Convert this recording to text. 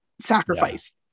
sacrifice